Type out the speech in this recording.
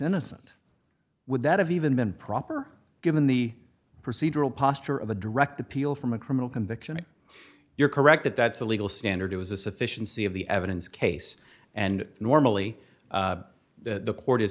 innocent would that have even been proper given the procedural posture of a direct appeal from a criminal conviction you're correct that that's the legal standard it was a sufficiency of the evidence case and normally the court is